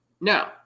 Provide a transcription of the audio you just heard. Now